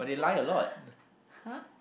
!huh!